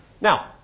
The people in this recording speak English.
Now